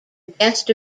guest